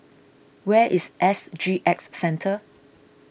where is S G X Centre